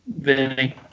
Vinny